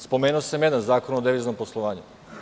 Spomenuo sam jedan Zakon o deviznom poslovanju.